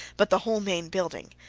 but the whole main building.